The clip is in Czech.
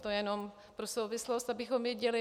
To jenom pro souvislost, abychom věděli.